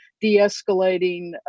de-escalating